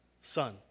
son